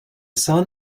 son